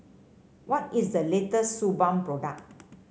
what is the latest Suu Balm product